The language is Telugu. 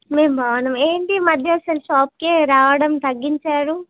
మేము బాగున్నాం ఏంటి ఈ మధ్య అసలు షాప్కే రావడం తగ్గించారు